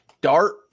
Dart